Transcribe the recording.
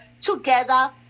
together